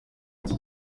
ati